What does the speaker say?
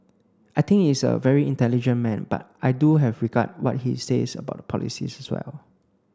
I think is a very intelligent man but I do have regard what he says about polices as well